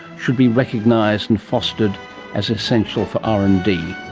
should be recognised and fostered as essential for r and d.